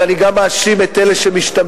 אלא אני גם מאשים את אלה שמשתמטים.